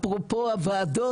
אפרופו הוועדות,